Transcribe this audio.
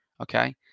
okay